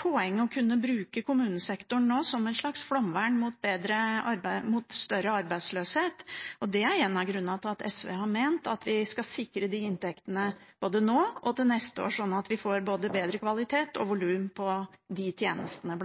poeng å kunne bruke kommunesektoren nå som et slags flomvern mot større arbeidsledighet. Det er en av grunnene til at SV har ment at vi skal sikre de inntektene både nå og til neste år, sånn at vi bl.a. får både bedre kvalitet og volum på de tjenestene.